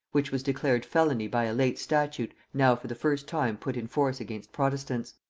which was declared felony by a late statute now for the first time put in force against protestants.